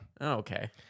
okay